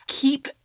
keep